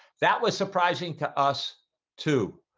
that was surprising to us to